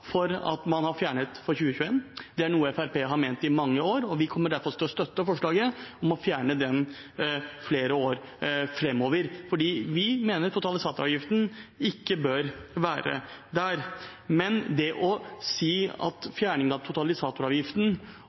for at man har fjernet for 2021. Det er noe Fremskrittspartiet i mange år har ment bør gjøres, og vi kommer derfor til å støtte forslaget om å fjerne den flere år framover, for vi mener at totalisatoravgiften ikke bør være der. Men det å si at fjerningen av totalisatoravgiften